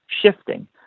shifting